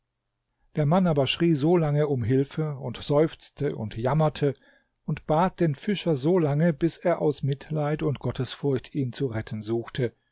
der mann aber schrie solange um hilfe und seufzte und jammerte und bat den fischer solange bis er aus mitleid und gottesfurcht ihn zu retten suchte